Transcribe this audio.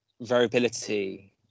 variability